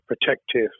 protective